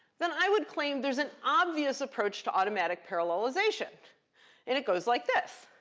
then i would claim there's an obvious approach to automatic parallelization. and it goes like this.